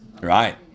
Right